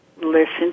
listen